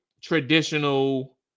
traditional